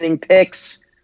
picks